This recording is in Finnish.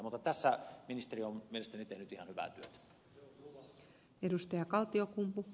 mutta tässä ministeri on mielestäni tehnyt ihan hyvää työtä